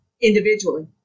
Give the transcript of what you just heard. individually